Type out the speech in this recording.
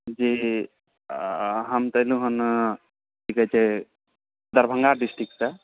जी हम तऽ एलहुँ हन की कहै छै दरभङ्गा डिस्टिकसँ